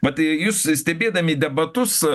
vat jei jūs stebėdami debatus